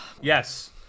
Yes